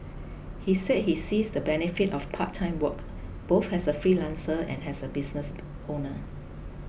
he said he sees the benefit of part time work both as a freelancer and as a business owner